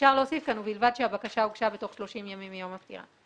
ואפשר להוסיף כאן: "ובלבד שהבקשה הוגשה בתוך 30 ימים מיום הפטירה".